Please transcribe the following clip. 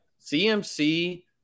CMC